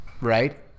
Right